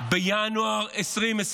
בינואר 2023,